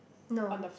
no